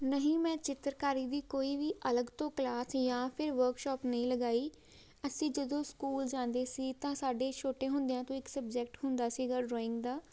ਨਹੀਂ ਮੈਂ ਚਿੱਤਰਕਾਰੀ ਦੀ ਕੋਈ ਵੀ ਅਲੱਗ ਤੋਂ ਕਲਾਸ ਜਾਂ ਫਿਰ ਵਰਕਸ਼ਾਪ ਨਹੀਂ ਲਗਾਈ ਅਸੀਂ ਜਦੋਂ ਸਕੂਲ ਜਾਂਦੇ ਸੀ ਤਾਂ ਸਾਡੇ ਛੋਟੇ ਹੁੰਦਿਆਂ ਤੋਂ ਇੱਕ ਸਬਜੈਕਟ ਹੁੰਦਾ ਸੀਗਾ ਡਰਾਇੰਗ ਦਾ